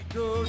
go